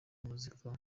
muzika